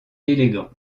élégant